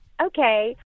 okay